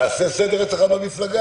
תעשה סדר אצלך במפלגה.